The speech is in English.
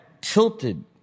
tilted